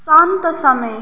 शान्त समय